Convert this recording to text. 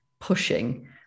pushing